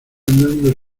andando